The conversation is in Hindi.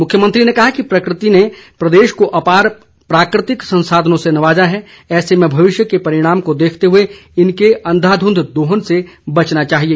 मुख्यमंत्री ने कहा कि प्रकृति ने प्रदेश को अपार प्राकृतिक संसाधनों से नवाजा है ऐसे में भविष्य के परिणामों को देखते हए इनके अंधाधुंध दोहन से बचना चाहिए